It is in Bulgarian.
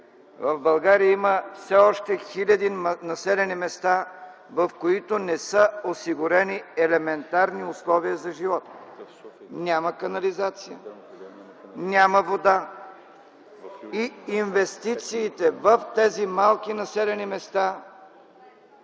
в България има все още хиляди населени места, в които не са осигурени елементарни условия за живот: няма канализация, няма вода и инвестициите в тези малки населени места